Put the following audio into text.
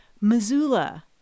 Missoula